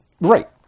Right